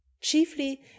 chiefly